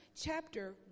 chapter